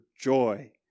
joy